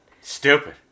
stupid